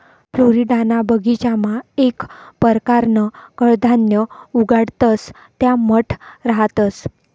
फ्लोरिडाना बगीचामा येक परकारनं कडधान्य उगाडतंस त्या मठ रहातंस